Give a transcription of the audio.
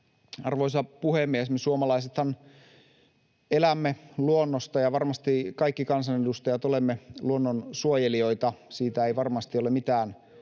Arvoisa puhemies! Me suomalaisethan elämme luonnosta, ja varmasti kaikki kansanedustajat olemme luonnonsuojelijoita, siitä ei varmasti ole mitään